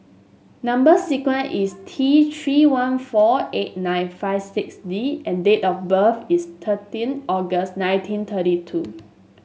number sequence is T Three one four eight nine five six D and date of birth is thirteen August nineteen thirty two